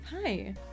Hi